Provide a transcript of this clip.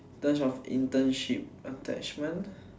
in terms of internship attachment